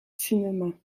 cinéma